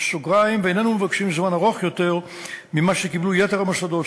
ואיננו מבקשים זמן רב יותר מזה שקיבלו יתר המוסדות,